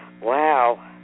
wow